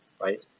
right